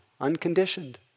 unconditioned